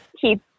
keep